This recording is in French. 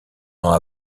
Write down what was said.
ans